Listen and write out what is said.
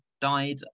died